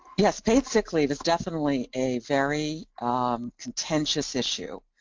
yes, paid sick leave is definitely a very contentious issue,